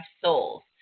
souls